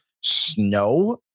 snow